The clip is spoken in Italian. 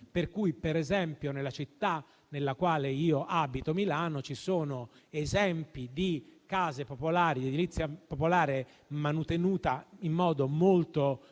manutenzioni. Nella città nella quale abito, Milano, ci sono esempi di case popolari e di edilizia popolare mantenuta in modo molto preciso